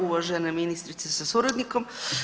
Uvažena ministrice sa suradnikom.